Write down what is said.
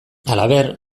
halaber